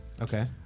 Okay